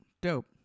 Dope